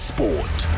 Sport